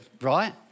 Right